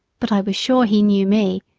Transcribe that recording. but i was sure he knew me,